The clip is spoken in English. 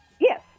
Yes